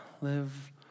live